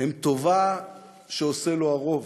הן טובה שעושה לו הרוב.